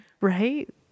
Right